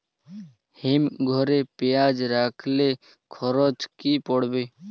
হিম ঘরে পেঁয়াজ রাখলে খরচ কি পড়বে?